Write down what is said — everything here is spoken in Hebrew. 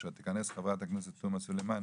כאשר תכנס חברת הכנסת תומא סלימאן